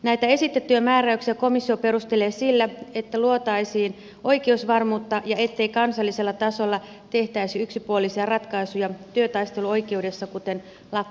näitä esitettyjä määräyksiä komissio perustelee sillä että luotaisiin oikeusvarmuutta ja ettei kansallisella tasolla tehtäisi yksipuolisia ratkaisuja työtaisteluoikeudesta kuten lakko oikeudesta